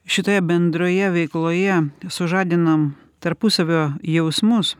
šitoje bendroje veikloje sužadinam tarpusavio jausmus